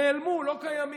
נעלמו, לא קיימים.